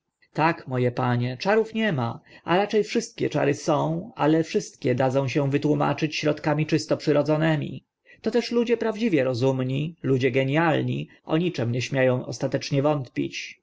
tak mo e panie czarów nie ma a racze wszystkie czary są ale wszystkie dadzą się wytłumaczyć środkami czysto przyrodzonymi toteż ludzie prawdziwie rozumni ludzie genialni o niczym nie śmie ą ostatecznie wątpić